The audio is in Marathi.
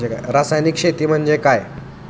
रासायनिक शेती म्हणजे काय?